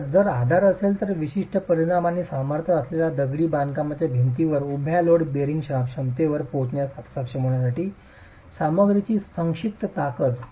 तर जर हा आधार असेल तर विशिष्ट परिमाण आणि सामर्थ्य असलेल्या दगडी बांधकामाच्या भिंतीवरील उभ्या लोड बेअरिंग क्षमतेवर पोहोचण्यात सक्षम होण्यासाठी सामग्रीची संक्षिप्त ताकद